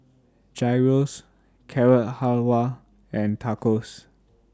Gyros Carrot Halwa and Tacos